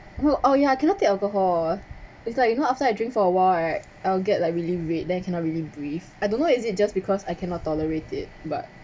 will oh ya cannot take alcohol it's like you know after I drink for awhile right I'll get like really red then I cannot really breathe I don't know if it's just because I cannot tolerate it but